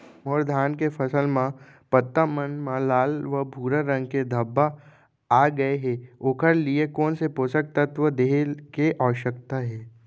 मोर धान के फसल म पत्ता मन म लाल व भूरा रंग के धब्बा आप गए हे ओखर लिए कोन स पोसक तत्व देहे के आवश्यकता हे?